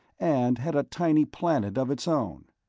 and had a tiny planet of its own.